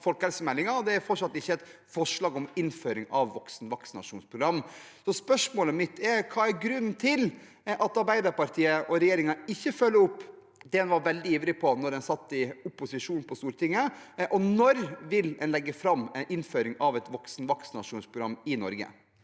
det er fortsatt ikke kommet noe forslag om innføring av et voksenvaksinasjonsprogram. Spørsmålet mitt er: Hva er grunnen til at Arbeiderpartiet og regjeringen ikke følger opp det en var veldig ivrig etter da en satt i opposisjon på Stortinget, og når vil en legge fram en innføring av et voksenvaksinasjonsprogram i Norge?